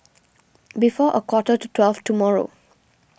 before a quarter to twelve tomorrow